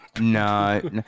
No